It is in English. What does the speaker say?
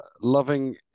loving